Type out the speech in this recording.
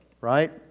right